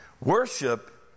Worship